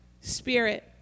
spirit